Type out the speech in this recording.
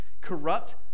corrupt